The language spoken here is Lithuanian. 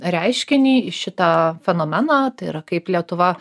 reiškinį į šitą fenomeną tai yra kaip lietuva